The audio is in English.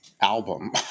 album